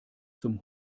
zum